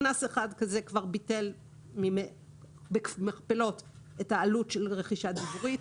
קנס אחד כזה כבר ביטל במכפלות את העלות של רכישת דיבורית.